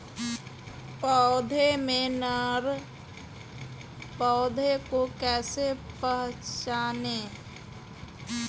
पौधों में नर पौधे को कैसे पहचानें?